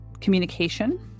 communication